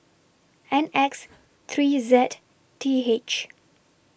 N X three Z T H